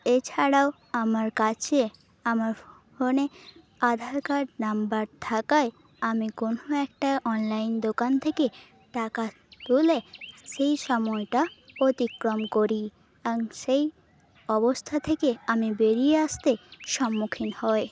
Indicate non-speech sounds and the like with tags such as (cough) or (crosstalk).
এছাড়াও আমার কাছে আমার ফোনে আধার কার্ড নাম্বার থাকায় আমি কোনো একটা অনলাইন দোকান থেকে টাকা তুলে সেই সময়টা অতিক্রম করি (unintelligible) সেই অবস্থা থেকে আমি বেরিয়ে আসতে সম্মুখীন হই